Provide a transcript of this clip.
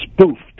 spoofed